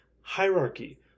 hierarchy